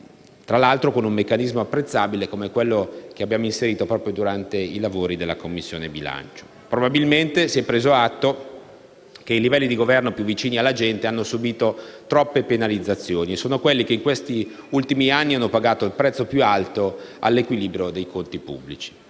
tra l'altro con un meccanismo apprezzabile come quello inserito durante i lavori della Commissione bilancio. Probabilmente si è preso atto che i livelli di governo più vicini alla gente hanno subito troppe penalizzazioni e sono quelli che negli ultimi anni hanno pagato il prezzo più alto all'equilibrio dei conti pubblici.